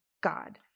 God